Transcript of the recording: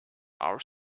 our